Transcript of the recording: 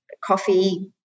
coffee